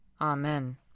Amen